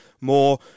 more